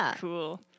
Cool